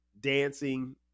dancing